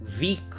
weak